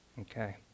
Okay